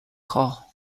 call